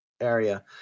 area